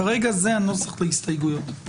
כרגע זה הנוסח להסתייגויות.